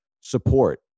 support